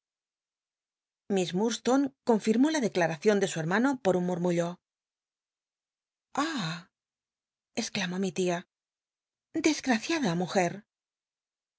miss id onc confirmó la declaacion de su hermano por un murmullo ah exclamó mi tia dcsgmciada muje